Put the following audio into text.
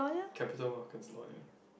capital markets lawyer